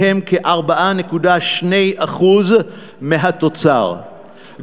שהם כ-4.2% מהתוצר,